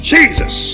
Jesus